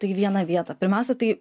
tai į vieną vietą pirmiausia tai